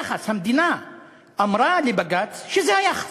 יחס, המדינה אמרה לבג"ץ שזה היחס.